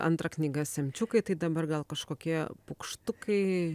antra knyga semčiukai tai dabar gal kažkokie paukštukai